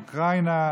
אוקראינה,